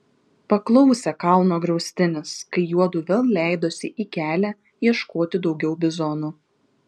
paklausė kalno griaustinis kai juodu vėl leidosi į kelią ieškoti daugiau bizonų